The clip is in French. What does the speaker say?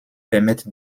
permettent